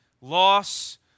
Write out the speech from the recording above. loss